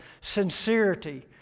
sincerity